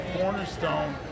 cornerstone